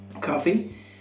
coffee